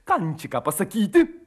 kančiką pasakyti